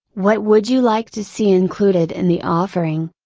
what would you like to see included in the offering?